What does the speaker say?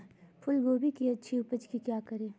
फूलगोभी की अच्छी उपज के क्या करे?